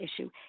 issue